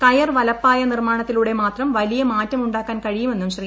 കയർ വലപ്പായ നിർമ്മാണത്തിലൂടെ മാത്രം വലിയ മാറ്റം ഉണ്ടാക്കാൻ കഴിയുമെന്നും ശ്രീ